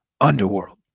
UNDERWORLD